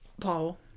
Paul